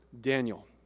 Daniel